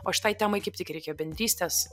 o šitai temai kaip tik reikia bendrystės